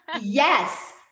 yes